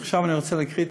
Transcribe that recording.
עכשיו אני רוצה להקריא,